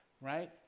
right